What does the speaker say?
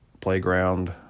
playground